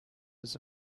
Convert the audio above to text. does